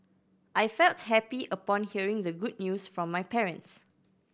I felt happy upon hearing the good news from my parents